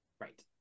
Right